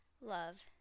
Love